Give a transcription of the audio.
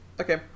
okay